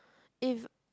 if